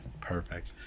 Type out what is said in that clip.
perfect